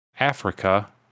Africa